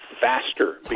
faster